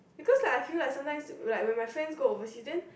because like I feel like sometimes like when my friend go overseas then